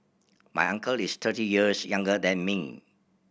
my uncle is thirty years younger than me